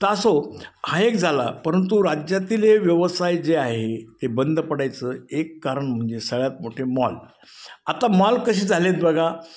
तर असो हा एक झाला परंतु राज्यातील हे व्यवसाय जे आहेत ते बंद पडायचं एक कारण म्हणजे सगळ्यात मोठे मॉल आता मॉल कशी झाले आहेत बघा